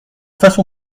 façon